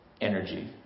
energy